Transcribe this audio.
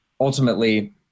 ultimately